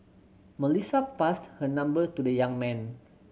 Melissa passed her number to the young man